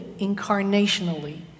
incarnationally